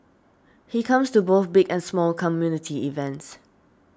he comes to both big and small community events